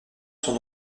sont